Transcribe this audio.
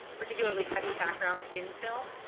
particularly heavy background in film.